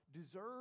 deserve